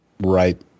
right